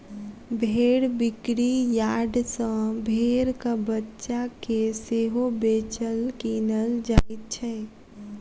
भेंड़ बिक्री यार्ड सॅ भेंड़क बच्चा के सेहो बेचल, किनल जाइत छै